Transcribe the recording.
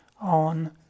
on